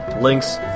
links